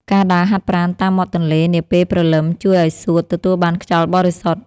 ការដើរហាត់ប្រាណតាមមាត់ទន្លេនាពេលព្រលឹម ជួយឱ្យសួតទទួលបានខ្យល់បរិសុទ្ធ។